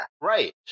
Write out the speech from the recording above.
right